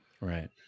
right